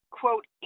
quote